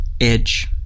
edge